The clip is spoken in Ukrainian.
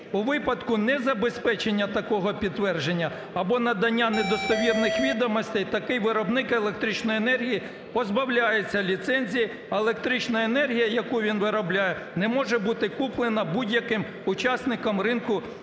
У випадку незабезпечення такого підтвердження або надання недостовірних відомостей такий виробник електричної енергії позбавляється ліцензії, а електрична енергія, яку він виробляє, не може бути куплена будь-яким учасником ринку електричної